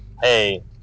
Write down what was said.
Hey